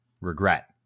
regret